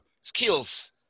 skills